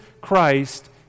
Christ